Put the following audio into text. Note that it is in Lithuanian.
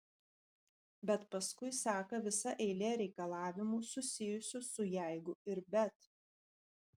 bet paskui seka visa eilė reikalavimų susijusių su jeigu ir bet